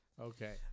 Okay